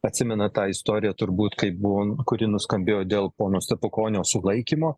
atsimenat tą istoriją turbūt kaip buvo kuri nuskambėjo dėl pono stepukonio sulaikymo